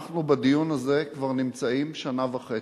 אנחנו בדיון הזה כבר נמצאים שנה וחצי.